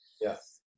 yes